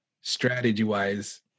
strategy-wise